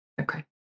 Okay